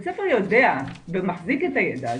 בית הספר יודע ומחזיק את הידע הזה.